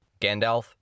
Gandalf